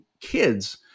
kids